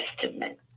Testament